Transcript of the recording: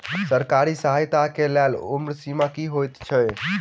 सरकारी सहायता केँ लेल उम्र सीमा की हएत छई?